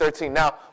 Now